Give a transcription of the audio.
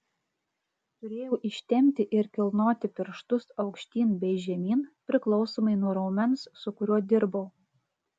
turėjau ištempti ir kilnoti pirštus aukštyn bei žemyn priklausomai nuo raumens su kuriuo dirbau